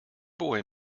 boy